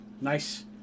Nice